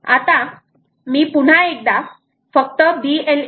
आता मी पुन्हा एकदा फक्त BLE 4